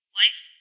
life